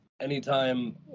anytime